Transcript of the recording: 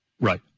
Right